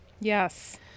Yes